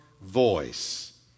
voice